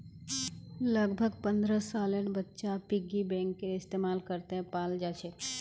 लगभग पन्द्रह सालेर बच्चा पिग्गी बैंकेर इस्तेमाल करते पाल जाछेक